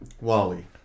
Wally